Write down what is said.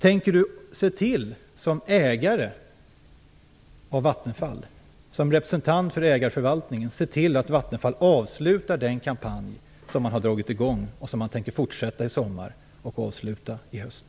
Tänker Sten Vattenfall, se till att Vattenfall avslutar den kampanj som man har dragit i gång och som man tänker fortsätta i sommar och avsluta i höst?